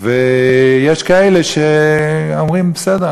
ויש כאלה שאומרים: בסדר,